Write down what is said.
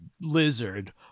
lizard